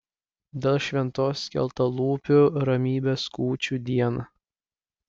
dėl šventos skeltalūpių ramybės kūčių dieną